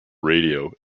radio